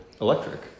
electric